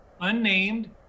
unnamed